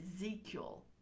Ezekiel